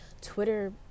Twitter